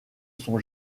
sont